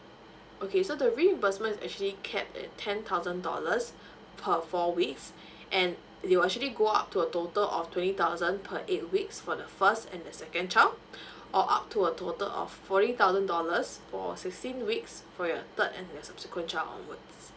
okay so the reimbursement is actually cap at ten thousand dollars per four weeks and it will actually go up to a total of twenty thousand per eight weeks for the first and the second child or up to a total of forty thousand dollars for sixteen weeks for your third and your subsequent child onwards